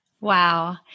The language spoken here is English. wow